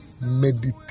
meditate